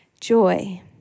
joy